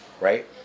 right